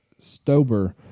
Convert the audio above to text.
Stober